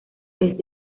pez